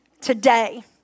today